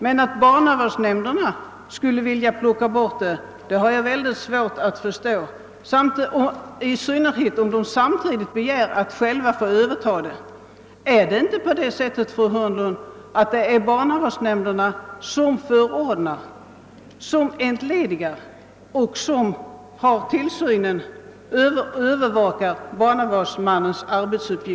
Men att barnavårdsnämnderna skulle vilja plocka bort institutionen har jag mycket svårt att förstå, i synnerhet om de samtidigt begär att själva få överta verksamheten. Är det inte, fru Hörnlund, barnavårdsnämnderna som förordnar, som entledigar och som övervakar barnavårdsmännen?